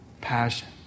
Passion